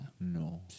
No